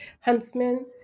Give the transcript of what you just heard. Huntsman